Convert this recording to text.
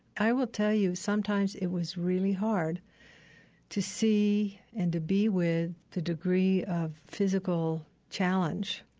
i will tell you, sometimes it was really hard to see and to be with the degree of physical challenge.